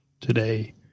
today